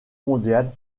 mondiale